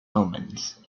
omens